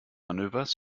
manövers